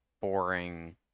boring